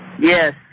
Yes